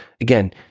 Again